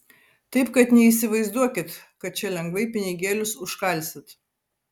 taip kad neįsivaizduokit kad čia lengvai pinigėlius užkalsit